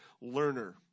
learner